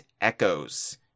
echoes